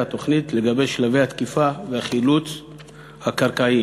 התוכנית לגבי שלבי התקיפה והחילוץ הקרקעיים.